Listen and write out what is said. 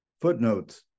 footnotes